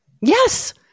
Yes